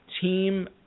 team